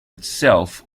itself